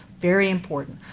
very important.